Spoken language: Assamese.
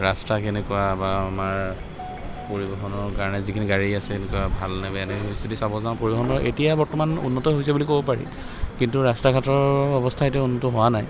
ৰাস্তা কেনেকুৱা বা আমাৰ পৰিবহণৰ কাৰণে যিখিনি গাড়ী আছে এনেকুৱা ভাল নে বেয়া নে যদি চাব যাওঁ পৰিবহণৰ এতিয়া বৰ্তমান উন্নত হৈছে বুলি ক'ব পাৰি কিন্তু ৰাস্তা ঘাটৰ অৱস্থা এতিয়াও উন্নত হোৱা নাই